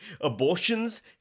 Abortions